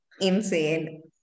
Insane